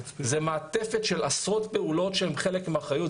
זה מעטפת של עשרות פעולות שהן חלק מאחריות.